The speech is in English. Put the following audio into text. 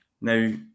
now